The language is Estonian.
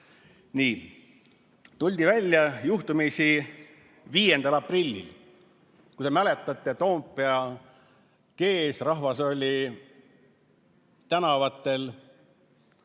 Nii. Tuldi välja juhtumisi 5. aprillil. Kui te mäletate, Toompea kees, rahvas oli tänavatel.